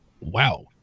Wow